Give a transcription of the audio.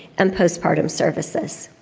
and postpartum services.